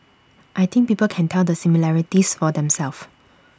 I think people can tell the similarities for themselves